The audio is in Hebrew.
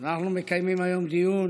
אנחנו מקיימים היום דיון